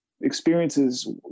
experiences